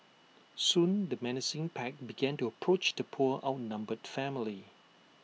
soon the menacing pack began to approach the poor outnumbered family